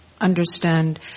understand